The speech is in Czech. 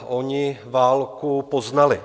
Oni válku poznali.